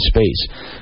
space